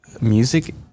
music